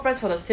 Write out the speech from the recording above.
correct